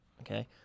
Okay